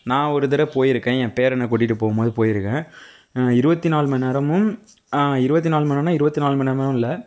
நான் ஒரு தடவை போய்ருக்கேன் என் பேரனை கூட்டிகிட்டு போகும் போது போய்ருக்கேன் இருபத்தி நாலு மணி நேரமும் இருபத்தி நாலு மணி நேரம்னா இருபத்தி நாலு மணி நேரமும் இல்லை